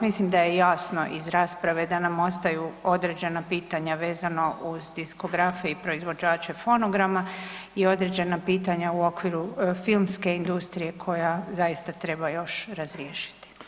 Mislim da je jasno iz rasprave da nam ostaju određena pitanja vezano uz diskografe i proizvođače fonograma i određena pitanja u okviru filmske industrije koja zaista treba još razriješiti.